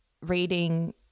reading